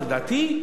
ולדעתי,